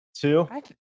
Two